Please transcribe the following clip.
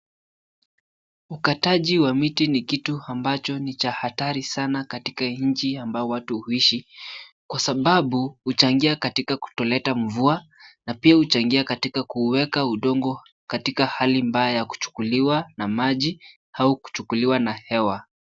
Ukataji wa miti ni kitu ambacho ni cha hatari sana katika nchi ambayo watu huishi kwa sababu huchangia katika kutoleta mvua na pia huchangia katika kuweka udongo katika hali mbaya ya kuchukuliwa na maji au kuchukuliwa na hewa.